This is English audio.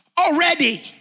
Already